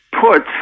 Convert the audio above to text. put